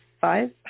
five